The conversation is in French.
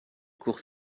cours